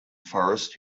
forest